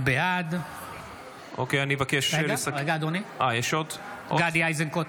בעד גדי איזנקוט,